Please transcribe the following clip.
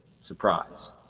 surprise